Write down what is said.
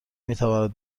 میتواند